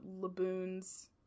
Laboon's